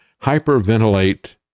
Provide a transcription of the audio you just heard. hyperventilate